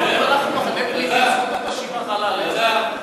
אם אנחנו מחנה פליטים, זכות השיבה חלה עלינו?